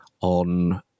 on